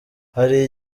hari